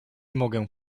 mogę